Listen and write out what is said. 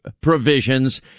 provisions